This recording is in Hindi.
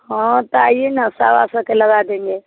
हाँ तो आइए न सवा सौ के लगा देंगे